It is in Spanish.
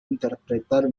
interpretar